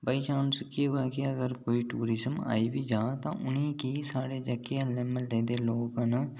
by chance केह् होआ के अगर कोई टूरिजम आई बी जा तां उ'नेंगी साढ़े जेह्के अल्ले म्हल्ले दे लोक न